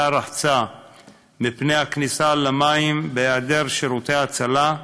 הרחצה מפני הכניסה למים בהיעדר שירותי הצלה,